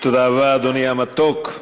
תודה רבה, אדוני המתוק.